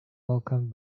welcomed